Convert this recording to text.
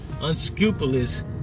unscrupulous